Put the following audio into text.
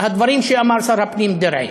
הדברים שאמר שר הפנים דרעי,